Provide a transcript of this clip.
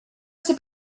ser